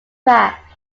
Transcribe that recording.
tracks